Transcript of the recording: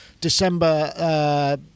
December